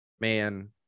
Man